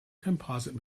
composite